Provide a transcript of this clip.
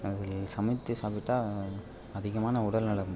அதில் சமைத்து சாப்பிட்டால் அதிகமான உடல்நலம்